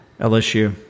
LSU